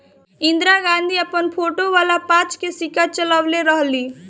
इंदिरा गांधी अपन फोटो वाला पांच के सिक्का चलवले रहली